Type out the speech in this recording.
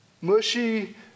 mushy